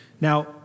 Now